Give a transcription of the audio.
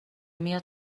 میاد